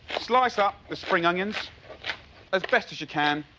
slice up the spring onions as best as you can.